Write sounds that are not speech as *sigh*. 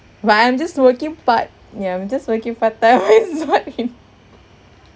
but I'm just working part~ ya I'm just working part-time *laughs* it's not